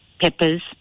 peppers